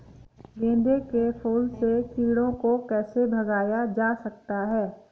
गेंदे के फूल से कीड़ों को कैसे भगाया जा सकता है?